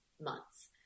months